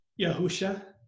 Yahusha